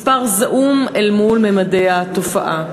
מספר זעום אל מול ממדי התופעה.